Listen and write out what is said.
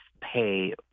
pay